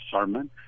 sermon